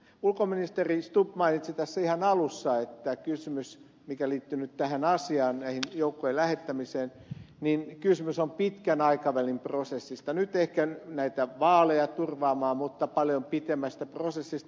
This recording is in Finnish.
ulkoministeri stubb mainitsi tässä ihan alussa että kysymys mikä liittyy nyt tähän joukkojen lähettämiseen on pitkän aikavälin prosessista nyt ehkä näiden vaalien turvaamisesta mutta myös paljon pitemmästä prosessista